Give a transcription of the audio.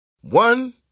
One